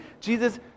Jesus